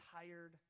tired